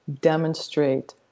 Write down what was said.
demonstrate